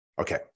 Okay